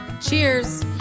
cheers